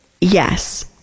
Yes